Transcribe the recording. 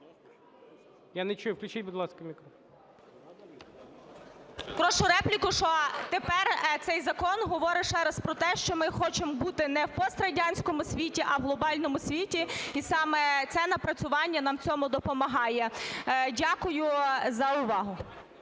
Я не чую, включіть, будь ласка, мікрофон. ПІПА Н.Р. Прошу репліку, що тепер цей закон говорить ще раз про те, що ми хочемо бути не в пострадянському світі, а в глобальному світі. І саме це напрацювання нам в цьому допомагає. Дякую за увагу.